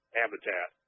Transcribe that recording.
habitat